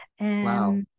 Wow